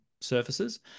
surfaces